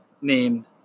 named